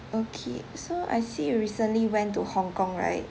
okay so I see recently went to hong kong right